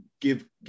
give